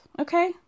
Okay